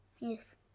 Yes